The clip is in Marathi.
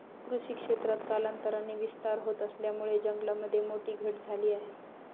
कृषी क्षेत्रात कालांतराने विस्तार होत असल्यामुळे जंगलामध्ये मोठी घट झाली आहे